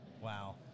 Wow